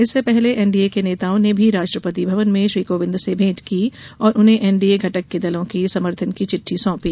इससे पहले एनडीए के नेताओं ने भी राष्ट्रपति भवन में श्री कोविंद से भेंट की और उन्हें एनडीए घटक दलों के समर्थन की चिट्ठी सौंपी